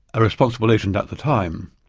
a responsible agent at the time,